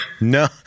No